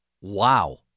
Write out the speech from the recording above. Wow